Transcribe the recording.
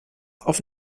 auf